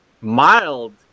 mild